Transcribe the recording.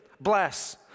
bless